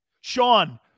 Sean